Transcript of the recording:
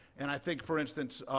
and i think, for instance,